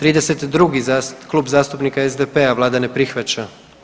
32., Klub zastupnika SDP-a, Vlada ne prihvaća.